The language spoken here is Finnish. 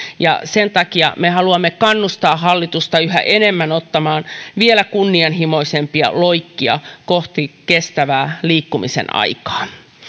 sen takia me haluamme kannustaa hallitusta yhä enemmän ottamaan vielä kunnianhimoisempia loikkia kohti kestävää liikkumisen aikaa